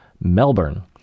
Melbourne